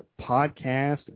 podcast